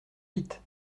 vite